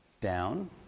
down